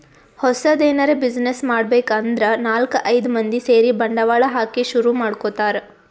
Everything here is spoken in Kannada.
ಹೊಸದ್ ಎನರೆ ಬ್ಯುಸಿನೆಸ್ ಮಾಡ್ಬೇಕ್ ಅಂದ್ರ ನಾಲ್ಕ್ ಐದ್ ಮಂದಿ ಸೇರಿ ಬಂಡವಾಳ ಹಾಕಿ ಶುರು ಮಾಡ್ಕೊತಾರ್